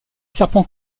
serpent